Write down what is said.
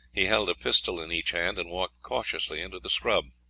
he held a pistol in each hand and walked cautiously into the scrub.